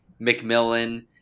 McMillan